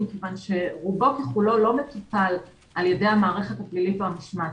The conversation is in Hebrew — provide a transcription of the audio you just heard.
מכיוון שרובו ככולו לא מטופל על ידי המערכת הפלילית או המשמעתית.